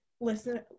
Listen